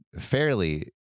fairly